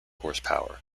horsepower